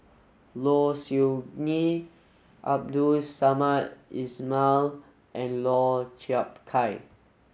Low Siew Nghee Abdul Samad Ismail and Lau Chiap Khai